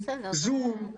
זום,